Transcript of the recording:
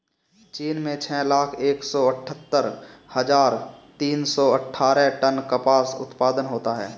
चीन में छह लाख एक सौ अठत्तर हजार तीन सौ अट्ठारह टन कपास उत्पादन होता है